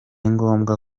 ngombwa